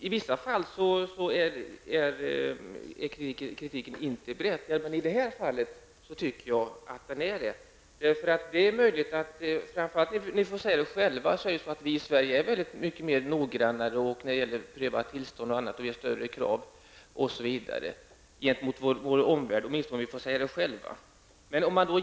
I vissa fall är kritiken inte berättigad, men i det här fallet tycker jag att den är det. I jämförelse med vår omvärld är ju vi i Sverige mycket noggrannare när det gäller att pröva tillstånd, och vi ställer högre krav i olika sammanhang.